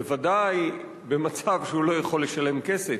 בוודאי במצב שהוא לא יכול לשלם כסף,